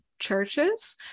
churches